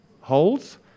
holds